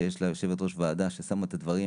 שיש לה יושבת ראש ועדה ששמה את הדברים